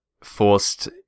forced